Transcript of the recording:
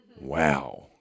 Wow